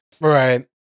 Right